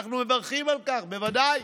אנחנו מברכים על כך, בוודאי,